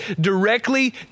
directly